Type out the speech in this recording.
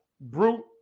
brute